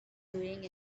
doing